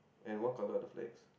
and what color of the flags